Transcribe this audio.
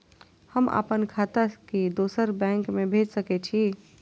हम आपन खाता के दोसर बैंक में भेज सके छी?